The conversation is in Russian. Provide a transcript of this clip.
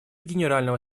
генерального